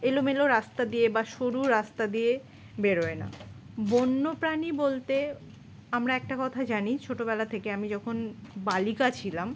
এলোমেলো রাস্তা দিয়ে বা সরু রাস্তা দিয়ে বেরোয় না বন্যপ্রাণী বলতে আমরা একটা কথা জানি ছোটোবেলা থেকে আমি যখন বালিকা ছিলাম